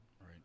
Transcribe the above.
Right